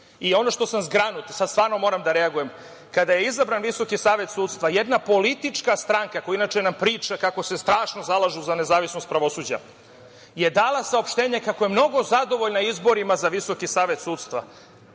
Ono što sam zgranut, i sad stvarno moram da reagujem, kada je izabran Visoki savet sudstva, jedna politička stranka, koja nam inače priča kako se strašno zalažu za nezavisnost pravosuđa, je dala saopštenje kako je mnogo zadovoljna izborima za Visoki savet sudstva